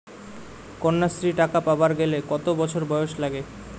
কন্যাশ্রী টাকা পাবার গেলে কতো বছর বয়স লাগে?